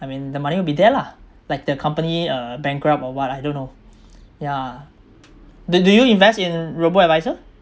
I mean the money will be there lah like the company uh bankrupt or what I don't know yeah do do you invest in robo adviser